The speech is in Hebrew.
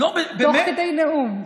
תוך כדי נאום.